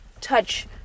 touch